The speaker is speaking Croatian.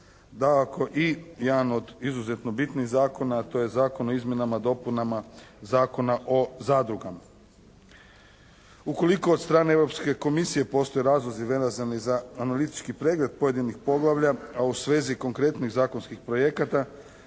dakako i jedan od izuzetno bitnih zakona, to je Zakon o izmjenama i dopunama Zakona o zadrugama. Ukoliko od strane Europske komisije postoje razlozi vezani za analitički pregled pojedinih poglavlja, a u svezi konkretnih zakonskih projekata